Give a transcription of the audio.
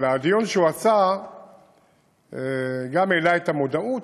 אבל הדיון שהוא עשה גם העלה את המודעות,